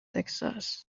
texas